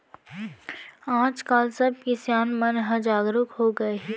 आज काल सब किसान मन ह जागरूक हो गए हे